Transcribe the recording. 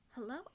Hello